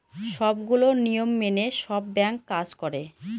সবগুলো নিয়ম মেনে সব ব্যাঙ্ক কাজ করে